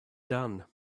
done